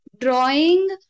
Drawing